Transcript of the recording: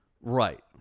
Right